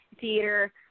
theater